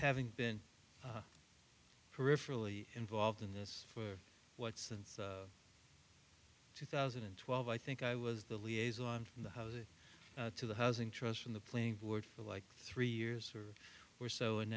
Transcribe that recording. having been peripherally involved in this for what since two thousand and twelve i think i was the liaison from the housing to the housing trust from the playing board for like three years or or so and